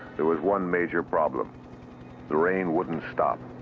there was one major problem the rain wouldn't stop.